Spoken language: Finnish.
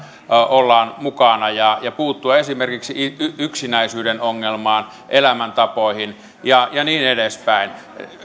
ollaan mukana ja ja puuttua esimerkiksi yksinäisyyden ongelmaan elämäntapoihin ja ja niin edespäin